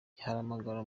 igiharamagara